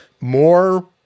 More